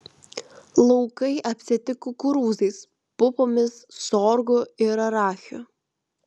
laukai apsėti kukurūzais pupomis sorgu ir arachiu